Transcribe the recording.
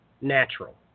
natural